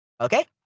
okay